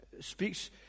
speaks